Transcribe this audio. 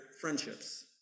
friendships